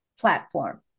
platform